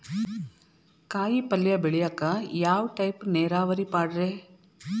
ಕಾಯಿಪಲ್ಯ ಬೆಳಿಯಾಕ ಯಾವ ಟೈಪ್ ನೇರಾವರಿ ಪಾಡ್ರೇ?